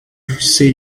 say